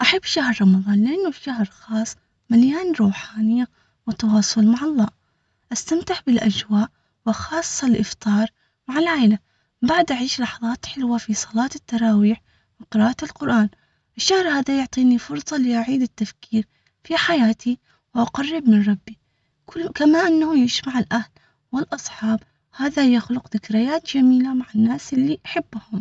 أحب شهر رمضان لأنه شهر خاص مليان روحانية وتواصل مع الله أستمتح بالأجواء وخاصة الإفطار مع العائلة بعد أعيش لحظات حلوة في صلاة التراويح وقراءة القرآن الشهر هذا يعطيني فرصة لاعيد التفكير في حياتي وأقرب من ربي كما أنه يجمع الأهل هذا يخلق ذكريات جميلة مع الناس اللي أحبهم.